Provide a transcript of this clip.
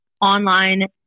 online